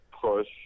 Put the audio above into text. push